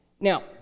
Now